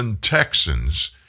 Texans